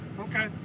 Okay